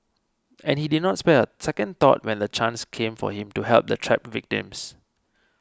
and he did not spare second thought when the chance came for him to help the trapped victims